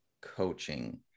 coaching